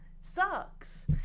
sucks